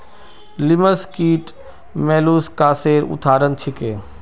लिमस कीट मौलुसकासेर उदाहरण छीके